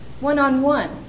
one-on-one